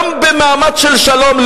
גם במעמד של שלום,